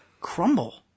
crumble